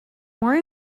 more